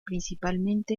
principalmente